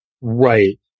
Right